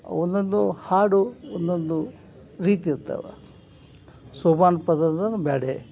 ಒಂದೊಂದು ಹಾಡು ಒಂದೊಂದು ರೀತಿ ಇರ್ತಾವೆ ಶೋಭಾನ ಪದದನ್ ಬ್ಯಾರೆ